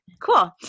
Cool